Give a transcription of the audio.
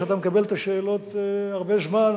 שאתה מקבל את השאלות הרבה זמן,